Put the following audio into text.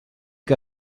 que